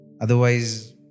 Otherwise